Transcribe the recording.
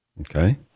Okay